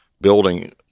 building